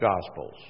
Gospels